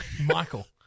Michael